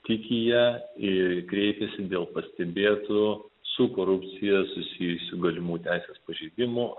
tiki ja ir kreipiasi dėl pastebėtų su korupcija susijusių galimų teisės pažeidimų